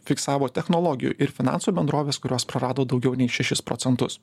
fiksavo technologijų ir finansų bendrovės kurios prarado daugiau nei šešis proc